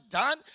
done